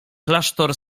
klasztor